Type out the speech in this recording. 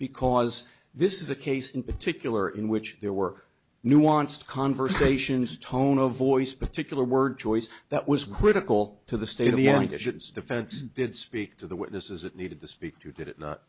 because this is a case in particular in which there were nuanced conversations tone of voice particular word choice that was critical to the state of the defense did speak to the witnesses that needed to speak to did it